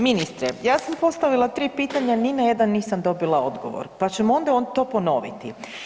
Ministre, ja sam postavila 3 pitanja, ni na jedan nisam dobila odgovor, pa ćemo onda to ponoviti.